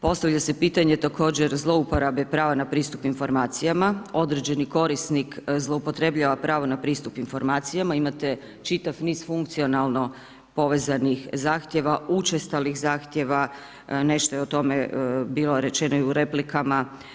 Postavlja se pitanje također zlouporabe prava na pristup informacijama, određeni korisnik zloupotrebljava pravo na pristup informacijama, imate čitav niz funkcionalno povezanih zahtjeva, učestalih zahtjeva, nešto je o tome bilo rečeno i u replikama.